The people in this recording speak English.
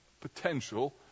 potential